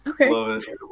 Okay